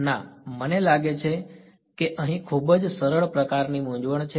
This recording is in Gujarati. ના મને લાગે છે કે અહીં ખૂબ જ સરળ પ્રકારની મૂંઝવણ છે